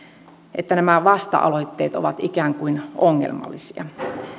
että nämä vasta aloitteet ovat ikään kuin ongelmallisia